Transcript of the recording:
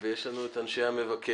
ויש לנו את אנשי המבקר.